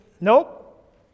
nope